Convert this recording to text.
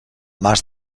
mas